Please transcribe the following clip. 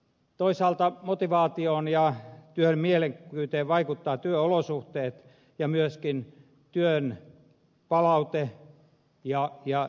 toisaalta motivaatioon ja työn mielekkyyteen vaikuttavat työolosuhteet ja myöskin työn palaute ja tietysti seuraaminen